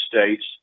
states